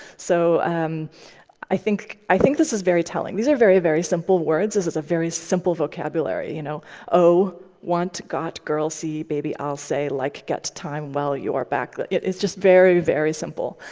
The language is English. so i think i think this is very telling. these are very, very simple words. this is a very simple vocabulary. you know oh, want, got, girl, see, baby, i'll say, like, get, time, well, you are back. it is just very, very simple.